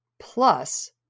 Plus